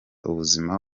ubuzima